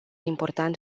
important